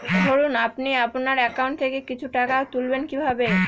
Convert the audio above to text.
ধরুন আপনি আপনার একাউন্ট থেকে কিছু টাকা তুলবেন কিভাবে?